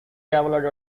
cavalry